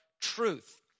truth